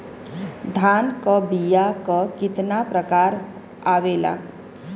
धान क बीया क कितना प्रकार आवेला?